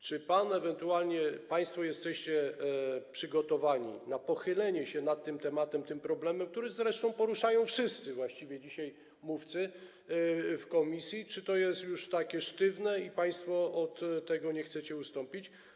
Czy pan, ewentualnie czy państwo jesteście przygotowani, aby pochylić się nad tym tematem, tym problemem, który zresztą poruszają dzisiaj właściwie wszyscy mówcy w komisji, czy to jest już takie sztywne i państwo od tego nie chcecie odstąpić?